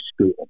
school